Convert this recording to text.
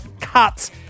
cut